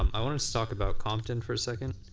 um i want and to talk about compton for a second.